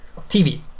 TV